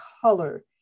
color